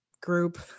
group